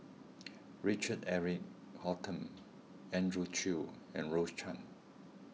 Richard Eric Holttum Andrew Chew and Rose Chan